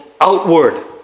outward